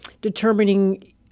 determining